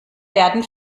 werden